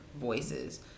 voices